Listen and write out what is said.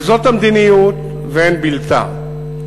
וזאת המדיניות ואין בלתה.